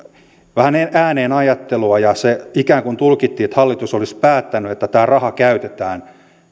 vähän ääneen ajattelua ja se ikään kuin tulkittiin että hallitus olisi päättänyt että tämä raha käytetään